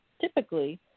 typically